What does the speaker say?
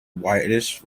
widest